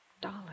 Dollar